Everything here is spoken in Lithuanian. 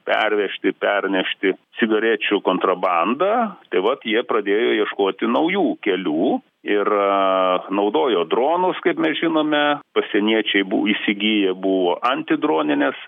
pervežti pernešti cigarečių kontrabandą tai vat jie pradėjo ieškoti naujų kelių ir naudojo dronus kaip mes žinome pasieniečiai bu įsigiję buvo antidronines